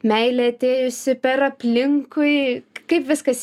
meilė atėjusi per aplinkui kaip viskas